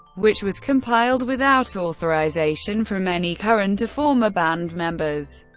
which was compiled without authorization from any current or former band members.